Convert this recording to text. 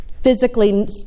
physically